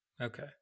Okay